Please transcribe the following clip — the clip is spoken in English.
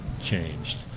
changed